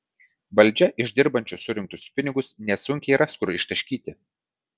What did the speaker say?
valdžia iš dirbančių surinktus pinigus nesunkiai ras kur ištaškyti